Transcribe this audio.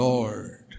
Lord